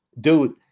Dude